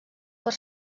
per